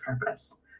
purpose